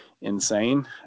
insane